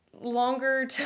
longer